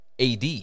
AD